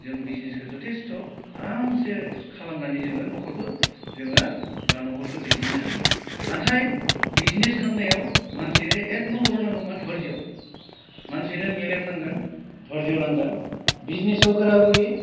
जों बिजनेसखौ जथेस्थ' आरामसे खालामनानै जोङो नख'रखौ जोङो बा नख'रखौ दैदेननो हायो नाथाय बिजनेस खालामनायाव मानसिनि एक नम्बराव नांगौ मा धर्ज मानसिनो मेलेम नांगोन धर्ज नांगोन बिजनेसाव गोरा गुरै